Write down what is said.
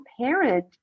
parent